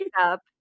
up